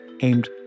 aimed